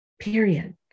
period